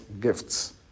gifts